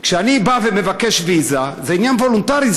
כשאני בא ומבקש ויזה זה עניין וולונטרי,